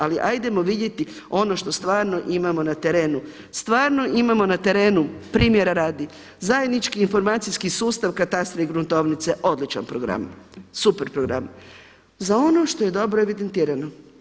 Ali ajdemo vidjeti ono što stvarno imamo na terenu, stvarno imamo na terenu primjera radi zajednički informacijski sustav katastra i gruntovnice odličan program, super program za ono što je dobro evidentirano.